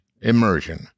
Immersion